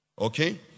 okay